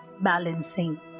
Balancing